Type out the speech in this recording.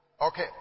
Okay